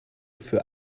für